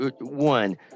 one